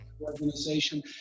organization